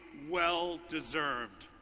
well deserved.